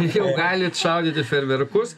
jau galit šaudyti fejerverkus